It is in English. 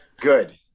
Good